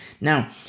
Now